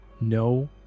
no